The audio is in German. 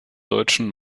deutschen